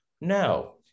No